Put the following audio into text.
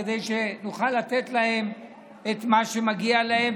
כדי שנוכל לתת להם את מה שמגיע להם,